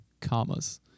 commas